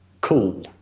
cool